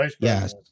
Yes